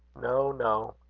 no, no,